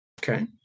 Okay